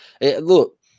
Look